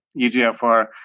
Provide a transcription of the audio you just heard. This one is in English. EGFR